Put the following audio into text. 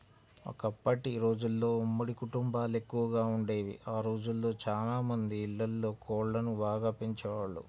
ఒకప్పటి రోజుల్లో ఉమ్మడి కుటుంబాలెక్కువగా వుండేవి, ఆ రోజుల్లో చానా మంది ఇళ్ళల్లో కోళ్ళను బాగా పెంచేవాళ్ళు